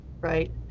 right